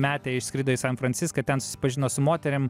metė išskrido į san franciską ten susipažino su moterim